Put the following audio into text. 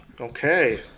Okay